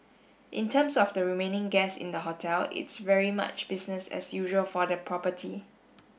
in terms of the remaining guess in the hotel it's very much business as usual for the property